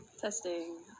testing